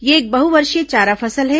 यह एक बहवर्षीय चारा फसल है